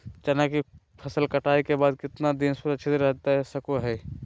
चना की फसल कटाई के बाद कितना दिन सुरक्षित रहतई सको हय?